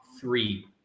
three